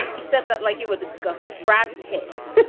he said that like you were disgusted, brad pitt said,